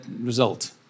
result